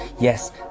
yes